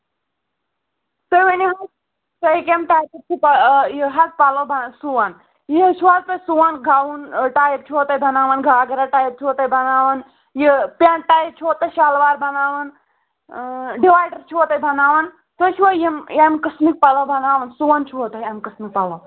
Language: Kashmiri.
تُہۍ ؤنِو تۄہہِ کَمہِ ٹایپٕکۍ پَلو بَنا سُوان یہِ حظ چھِو حظ تُہۍ سُوان گَوُن ٹایپ چھُوا تُہۍ بَناوان گاگرا ٹایپ چھُوا تُہۍ بَناوان یہِ پٮ۪نٛٹ ٹایپ چھُوا تُہۍ شَلوار بَناوان ڈِوایڈَر چھُوا تُہۍ بَناوان تُہۍ چھِوا یِم ییٚمہِ قٕسمٕکۍ پَلو بَناوان سُوان چھُوا تُہۍ اَمہِ قٕسمٕکۍ پَلو